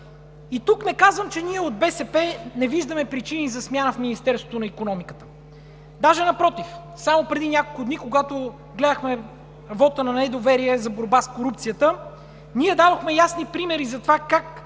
И тук не казвам, че ние от БСП не виждаме причини за смяна в Министерството на икономиката. Напротив, само преди няколко дни, когато гледахме вота на недоверие за борба с корупцията, ние дадохме ясни примери за това как